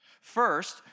First